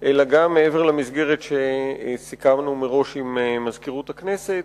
אלא גם מעבר למסגרת שסיכמנו מראש עם מזכירות הכנסת,